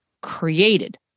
created